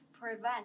prevent